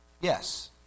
Yes